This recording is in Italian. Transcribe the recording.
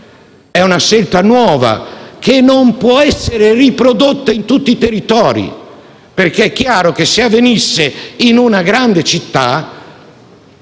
di una scelta nuova, che non può essere riprodotta in tutti i territori, perché è chiaro che se fosse applicata in una grande città